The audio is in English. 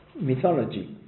mythology